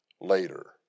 later